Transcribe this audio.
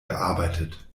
gearbeitet